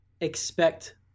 expect